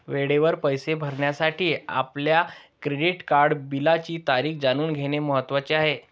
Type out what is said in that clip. वेळेवर पैसे भरण्यासाठी आपल्या क्रेडिट कार्ड बिलाची तारीख जाणून घेणे महत्वाचे आहे